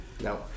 No